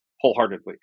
wholeheartedly